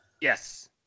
Yes